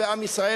עם ישראל,